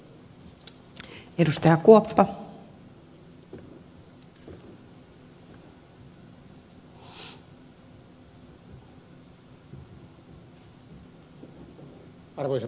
arvoisa puhemies